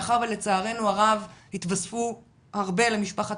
מאחר ולצערנו הרב התווספו הרבה למשפחת